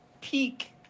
peak